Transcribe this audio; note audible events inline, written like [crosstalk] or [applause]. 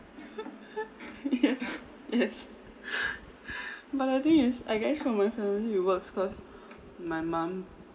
[laughs] yes yes [breath] [laughs] but the thing is I guess for my family it works my mom